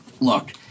Look